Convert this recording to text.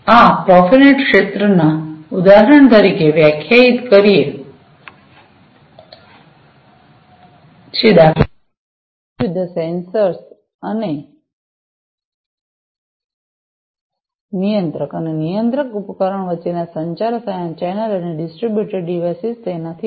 આ પ્રોફેનેટ ક્ષેત્રને ઉદાહરણ તરીકે વ્યાખ્યાયિત કરે છે દાખલા તરીકે જુદા જુદા સેન્સર્સ અને નિયંત્રક અને નિયંત્રક ઉપકરણ વચ્ચેના સંચાર ચેનલ અને ડિસ્ટ્રિબ્યુટેડ ડિવાઇસેસ તેથી પર